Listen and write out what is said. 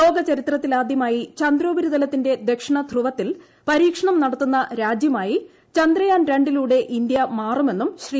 ലോക ചരിത്രത്തിലാദ്യമായി ചന്ദ്രോപരിതലത്തിന്റെ ദക്ഷിണധ്രുവത്തിൽ പരീക്ഷണം നടത്തുന്ന രാജ്യമായി ചന്ദ്രയാൻ രണ്ടിലൂടെ ഇന്ത്യ മാറുമെന്നും ശ്രീ